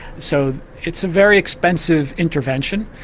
so it's a very expensive intervention,